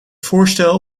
voorstel